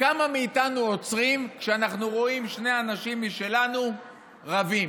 כמה מאיתנו עוצרים כשאנחנו רואים שני אנשים משלנו רבים?